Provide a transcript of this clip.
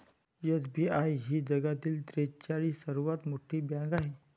SBI ही जगातील त्रेचाळीस सर्वात मोठी बँक आहे